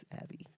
Abby